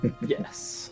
Yes